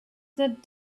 that